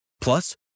Plus